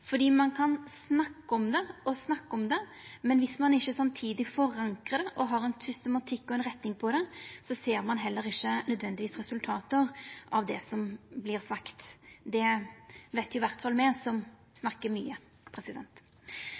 ein kan snakka og snakka om det, men viss ein ikkje samtidig forankrar det og har ein systematikk og retning, ser ein nødvendigvis heller ikkje resultat av det som vert sagt. Det veit i alle fall me som snakkar